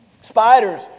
Spiders